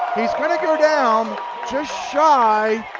he's going to go down just shy